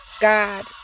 God